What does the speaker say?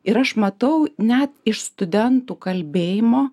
ir aš matau net iš studentų kalbėjimo